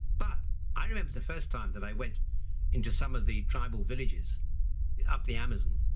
but i remember the first time that i went into some of the tribal villages up the amazon,